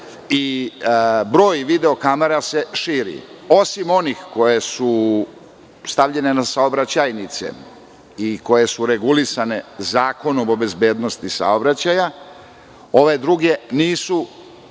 i broj video kamera se širi. Osim onih koje su stavljene na saobraćajnice i koje su regulisane Zakonom o bezbednosti saobraćaja, ove druge nisu